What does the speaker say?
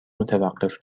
متوقف